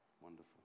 Wonderful